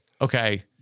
Okay